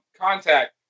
contact